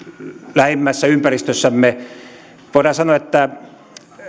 lähimmässä ympäristössämme voidaan sanoa että